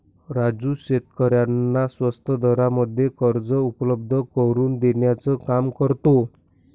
राजू शेतकऱ्यांना स्वस्त दरामध्ये कर्ज उपलब्ध करून देण्याचं काम करतो